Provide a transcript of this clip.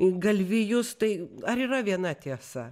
galvijus tai ar yra viena tiesa